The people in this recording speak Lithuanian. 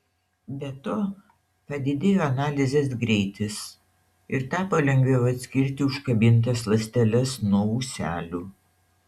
be to padidėjo analizės greitis ir tapo lengviau atskirti užkabintas ląsteles nuo ūselių